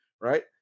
right